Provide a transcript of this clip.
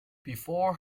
before